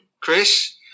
Chris